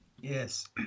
Yes